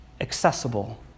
accessible